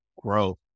growth